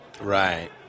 Right